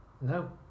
no